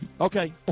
Okay